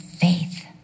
faith